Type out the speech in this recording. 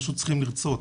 פשוט צריכים לרצות.